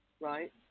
right